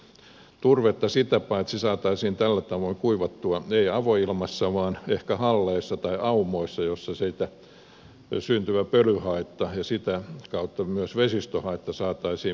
turvetta sitä paitsi saataisiin tällä tavoin kuivattua ehkä halleissa tai aumoissa ei avoilmassa jolloin siitä syntyvä pölyhaitta ja sitä kautta myös vesistöhaitta saataisiin minimoitua